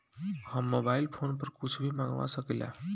हम mobile phone पर कुछ भी मंगवा सकिला?